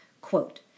Quote